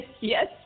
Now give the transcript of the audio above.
Yes